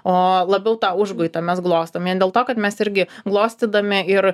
o labiau tą užguitą mes glostom vien dėl to kad mes irgi glostydami ir